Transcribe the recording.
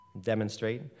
demonstrate